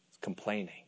complaining